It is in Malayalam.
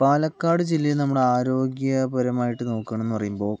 പാലക്കാട് ജില്ലയിൽ നമ്മുടെ ആരോഗ്യപരമായിട്ട് നോക്കുകയാണ് എന്ന് പറയുമ്പോൾ